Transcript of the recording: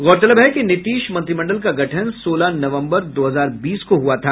गौरतलब है कि नीतीश मंत्रिमंडल का गठन सोलह नवम्बर दो हजार बीस को हुआ था